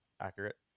accurate